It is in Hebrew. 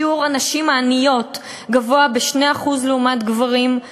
שיעור הנשים העניות גבוה ב-2% לעומת גברים.